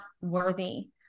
worthy